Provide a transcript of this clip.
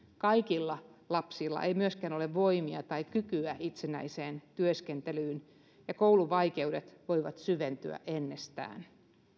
kaikilla lapsilla ei myöskään ole voimia tai kykyä itsenäiseen työskentelyyn ja kouluvaikeudet voivat syventyä ennestään